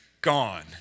gone